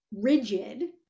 rigid